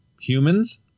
humans